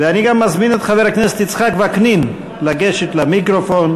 ואני גם מזמין את חבר הכנסת יצחק וקנין לגשת למיקרופון